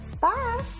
Bye